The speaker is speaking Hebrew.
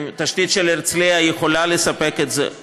אם התשתית של הרצליה יכולה לספק או לא.